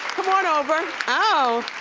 come on over. oh.